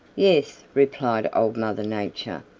yes, replied old mother nature.